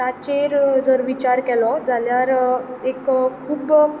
ताचेर जर विचार केलो जाल्यार एक खूब